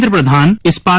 hundred hundred is